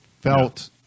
felt –